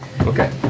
okay